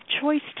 choice